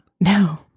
no